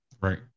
Right